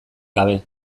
gabe